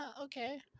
okay